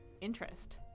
interest